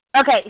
Okay